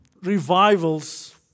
revivals